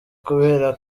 kubera